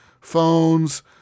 phones